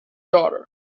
daughter